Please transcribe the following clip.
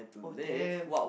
oh damn